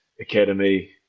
Academy